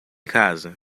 casa